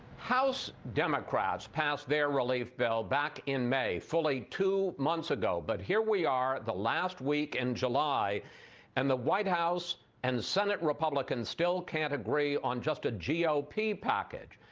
house democrats passed their relief bill back in may, fully two months ago, but here we are the last week in and july and the white house and senate republicans still can't agree on just a g o p. package.